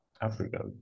Africa